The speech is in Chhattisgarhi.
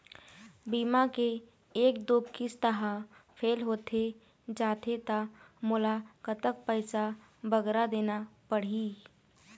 बीमा के एक दो किस्त हा फेल होथे जा थे ता मोला कतक पैसा बगरा देना पड़ही ही?